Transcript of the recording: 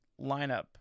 lineup